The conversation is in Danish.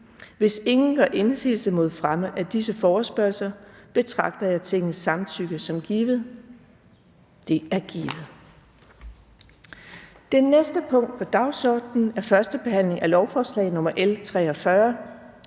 Hvis ingen gør indsigelse mod fremme af disse forespørgsler, betragter jeg Tingets samtykke som givet. Det er givet. --- Det næste punkt på dagsordenen er: 3) 1. behandling af lovforslag nr. L 43: